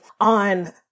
on